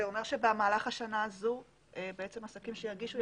זה אומר שבמהלך השנה הזו עסקים שיגישו,